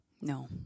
no